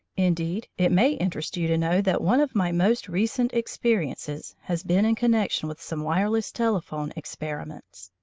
indeed it may interest you to know that one of my most recent experiences has been in connection with some wireless-telephone experiments.